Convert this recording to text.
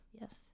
Yes